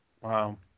Wow